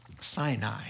Sinai